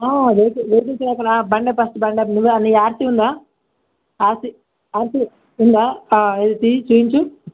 ఆ వెహ్కిల్స్ లేవనా బండి ఫస్ట్ బండాపు నువ్వే అన్ని నీకు ఆర్సి ఉందా ఆర్సి ఆర్సీ ఉందా ఏది చూపించు